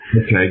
Okay